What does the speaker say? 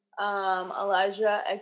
Elijah